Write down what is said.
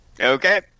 Okay